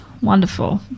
Wonderful